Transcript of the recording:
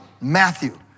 Matthew